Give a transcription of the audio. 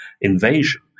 invasion